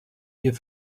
hier